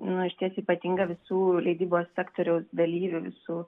nu išties ypatingą visų leidybos sektoriaus dalyvių visų